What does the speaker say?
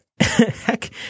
heck